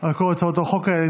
על כל הצעות החוק האלה,